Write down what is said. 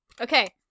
okay